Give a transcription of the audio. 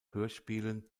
hörspielen